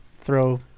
throw